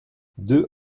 deux